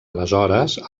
aleshores